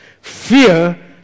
Fear